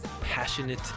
passionate